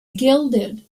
gilded